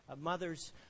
mothers